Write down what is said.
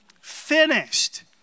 Finished